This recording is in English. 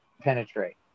penetrate